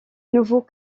nouveau